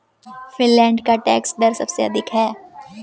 Finland का tax दर सबसे अधिक है